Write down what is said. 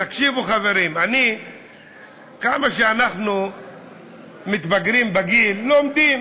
תקשיבו, חברים, כמה שאנחנו מתבגרים בגיל, לומדים.